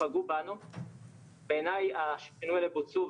חצי יובל לחוק זכויות החולה.